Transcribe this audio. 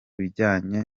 bijyanye